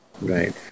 Right